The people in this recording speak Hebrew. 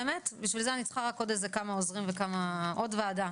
בשביל זה אני רק צריכה איזה כמה עוזרים ועוד וועדה,